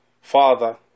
father